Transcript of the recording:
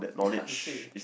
is hard to say